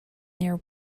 near